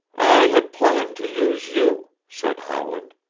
i had planned to use you, said howland,